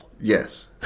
Yes